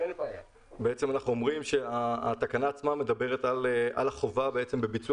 אנחנו אומרים שהתקנה עצמה מדברת על החובה בעצם בביצוע